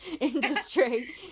industry